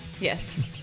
Yes